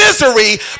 misery